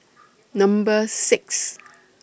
Number six